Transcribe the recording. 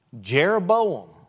Jeroboam